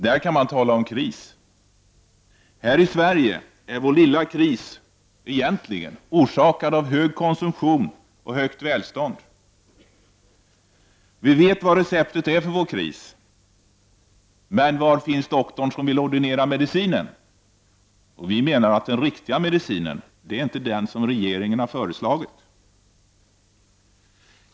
Där kan man tala om kris! Här i Sverige är vår lilla kris egentligen orsakad av hög konsumtion och högt välstånd. Vi vet vad receptet är för vår kris. Men var finns doktorn som vill ordinera medicinen? Den riktiga medicinen är, menar vi, inte den som regeringen har föreslagit.